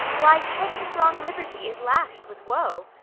why, headstrong liberty is lash'd with woe.